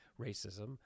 racism